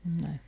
No